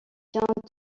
contient